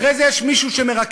אחרי זה יש מישהו שמרכז,